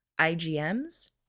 IGM's